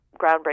groundbreaking